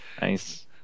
Nice